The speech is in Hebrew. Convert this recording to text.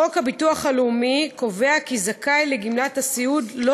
חוק הביטוח הלאומי קובע כי זכאי לגמלת הסיעוד לא